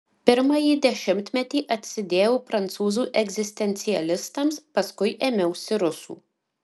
pirmąjį dešimtmetį atsidėjau prancūzų egzistencialistams paskui ėmiausi rusų